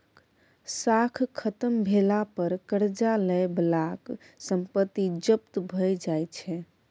साख खत्म भेला पर करजा लए बलाक संपत्ति जब्त भए जाइ छै